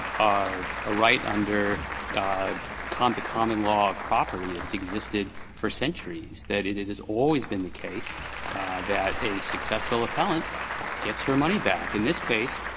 ah ah right under the common law of property that's existed for centuries that it it has always been the case that a successful appellant gets her money back. in this case,